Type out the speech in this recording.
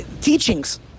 teachings